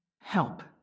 Help